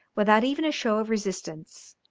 without even a show of resistance,